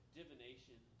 divination